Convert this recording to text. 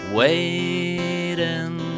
waiting